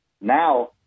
Now